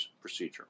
procedure